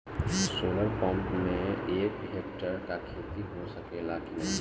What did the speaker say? Solar pump से एक hectare क खेती हो सकेला की नाहीं?